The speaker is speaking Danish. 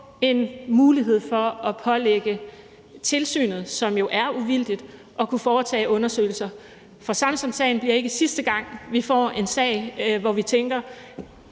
en mulighed for at pålægge tilsynet, som jo er uvildigt, at kunne foretage undersøgelser. For Samsamsagen bliver ikke sidste gang, vi får en sag, hvor vi tænker: